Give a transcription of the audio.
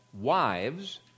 wives